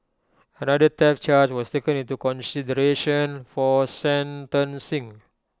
another theft charge was taken into consideration for sentencing